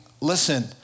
listen